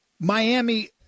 Miami